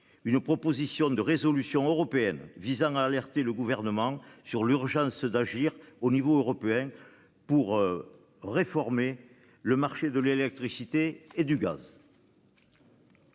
une proposition de résolution européenne visant à alerter le gouvernement sur l'urgence d'agir au niveau européen pour réformer le marché de l'électricité et du gaz.--